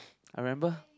I remember